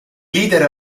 leader